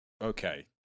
okay